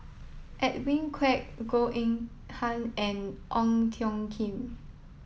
Edwin Koek Goh Eng Han and Ong Tjoe Kim